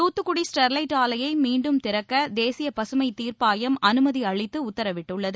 Thoothukudi Sterlite ஆலையை மீண்டும் திறக்க தேசிய பகமைத்தீர்ப்பாயம் அனுமதி அளித்து உத்தரவிட்டுள்ளது